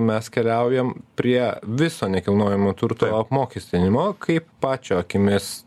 mes keliaujam prie viso nekilnojamo turto apmokestinimo kaip pačio akimis